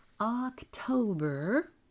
October